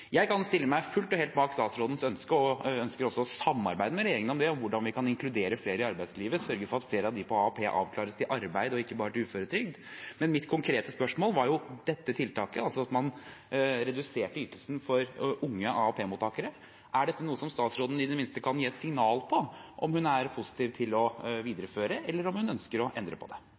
Jeg kan stille meg fullt og helt bak statsrådens ønske og ønsker også å samarbeide med regjeringen om hvordan vi kan inkludere flere i arbeidslivet og sørge for at flere av dem på AAP avklares til arbeid og ikke bare til uføretrygd, men mitt konkrete spørsmål gjaldt dette tiltaket, altså at man reduserte ytelsen for unge AAP-mottakere. Er det noe statsråden i det minste kan gi et signal på om hun er positiv til å videreføre, eller om hun ønsker å endre på det?